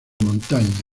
montaña